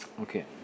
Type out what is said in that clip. Okay